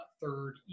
third